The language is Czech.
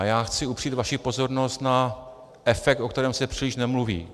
Já chci upřít vaši pozornost na efekt, o kterém se příliš nemluví.